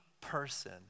person